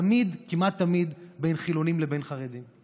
תמיד, כמעט תמיד, בין חילונים לבין חרדים.